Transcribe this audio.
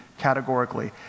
Categorically